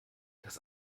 das